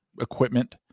equipment